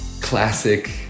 classic